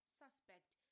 suspect